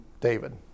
David